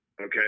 Okay